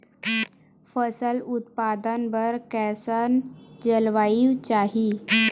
फसल उत्पादन बर कैसन जलवायु चाही?